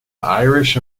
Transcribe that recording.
irish